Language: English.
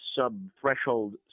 sub-threshold